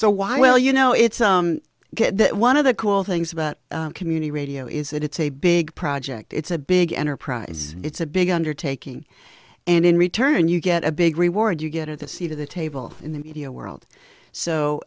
so why well you know it's one of the cool things about community radio is that it's a big project it's a big enterprise it's a big undertaking and in return you get a big reward you get at the seat of the table in the media world so